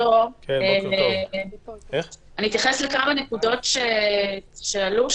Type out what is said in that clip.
אתייחס לכמה נקודות שעלו.